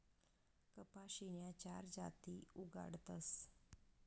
कपाशीन्या चार जाती उगाडतस